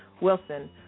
Wilson